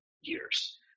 years